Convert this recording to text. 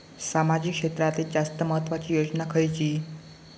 सामाजिक क्षेत्रांतील जास्त महत्त्वाची योजना खयची?